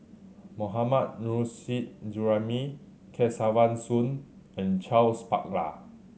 Mohammad Nurrasyid Juraimi Kesavan Soon and Charles Paglar